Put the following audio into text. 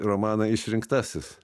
romaną išrinktasis